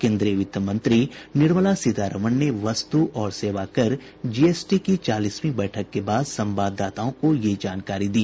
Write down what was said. केन्द्रीय वित्तमंत्री निर्मला सीतारमन ने वस्तु और सेवा कर जीएसटी की चालीसवीं बैठक के बाद संवाददाताओं को ये जानकारी दी